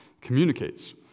communicates